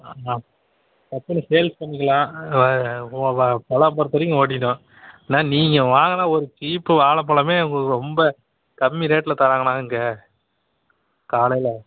ஆ ஆ டக்குன்னு சேல்ஸ் பண்ணிக்கலாம் பலாப் பழத்துலையும் ஓடிடும் அண்ணா நீங்கள் வாங்கின ஒரு சீப்பு வாழைப்பலமே உங்களுக்கு ரொம்ப கம்மி ரேட்டில் தர்றாங்கண்ணா இங்கே காலையில்